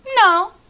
No